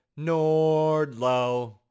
Nordlow